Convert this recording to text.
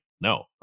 no